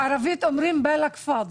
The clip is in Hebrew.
בערבית אומרים "באלאק פאדי",